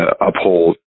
uphold